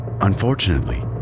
Unfortunately